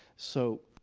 so,